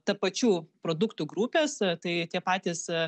tapačių produktų grupės tai tie patys